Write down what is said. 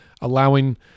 Allowing